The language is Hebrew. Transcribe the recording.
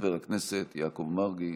חבר הכנסת יעקב מרגי,